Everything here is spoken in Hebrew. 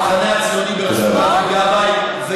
המחנה הציוני בראשות אבי גבאי, שמאל?